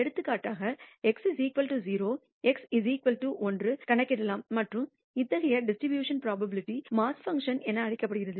எடுத்துக்காட்டாக x 0 x 1 கணக்கிடலாம் மற்றும் அத்தகைய டிஸ்ட்ரிபியூஷன் புரோபாபிலிடி மாஸ் பங்க்ஷன் என அழைக்கப்படும்